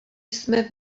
jsme